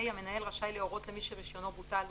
(ה) המנהל רשאי להורות למי שרישיונו בוטל,